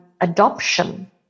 adoption